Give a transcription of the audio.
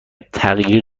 تغییر